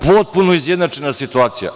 Potpuno izjednačena situacija.